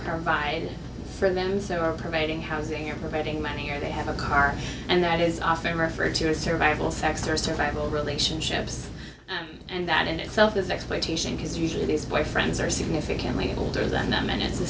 provide for them so are providing housing or providing money or they have a car and that is often referred to as survival sex or survival relationships and that in itself is exploitation because usually these boyfriends are significantly older than them and